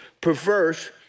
perverse